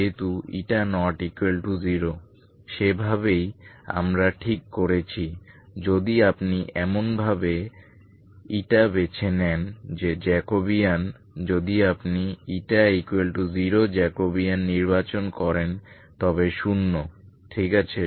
যেহেতু η≠0 সেভাবেই আমরা ঠিক করেছি যদি আপনি এমনভাবে বেছে নেন যে জ্যাকোবিয়ান যদি আপনি η 0 জ্যাকোবিয়ান নির্বাচন করেন তবে শূন্য ঠিক আছে